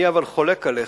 אבל אני חולק עליך.